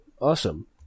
Awesome